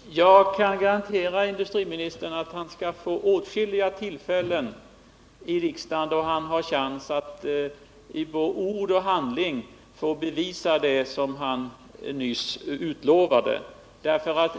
Herr talman! Jag kan garantera industriministern att han skall få åtskilliga tillfällen i riksdagen att i både ord och handling ge innehåll åt det som han nyss utlovade.